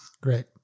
Great